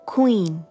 Queen